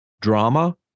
drama